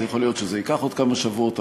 יכול להיות שזה ייקח עוד כמה שבועות,